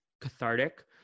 cathartic